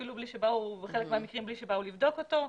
אפילו בחלק מהמקרים בלי שבאו לבדוק אותו,